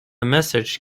message